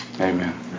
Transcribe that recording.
amen